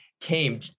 came